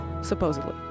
Supposedly